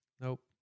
Nope